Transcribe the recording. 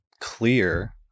clear